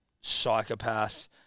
psychopath